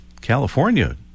California